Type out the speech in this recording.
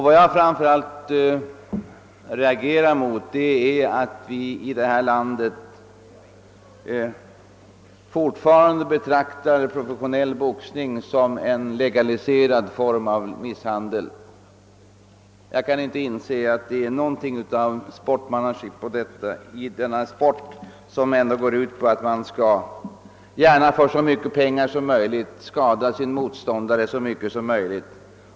Vad jag framför allt reagerar mot är att man i detta land fortfarande betraktar professionell boxning som en legaliserad form av misshandel. Jag kan inte inse att det ligger någonting av sportsmanship i denna verksamhet, som går ut på att man skall, gärna för så mycket pengar som möjligt, skada sina motståndare så mycket som möjligt.